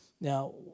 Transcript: now